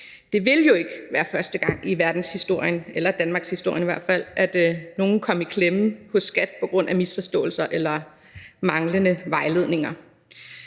Det ville jo ikke være første gang i verdenshistorien, eller danmarkshistorien i hvert fald, at nogle kom i klemme hos skattevæsenet på grund af misforståelser eller manglende vejledninger.